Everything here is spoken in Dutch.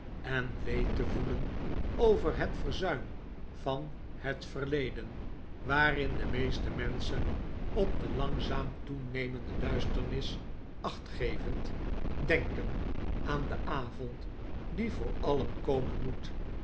en leed te voelen over het verzuim van het verleden waarin de meeste menschen op de langzaam toenemende duisternis acht gevend denken aan den avond die voor alien komen moet